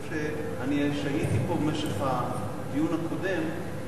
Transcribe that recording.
אני שהיתי פה במשך הדיון הקודם,